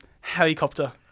Helicopter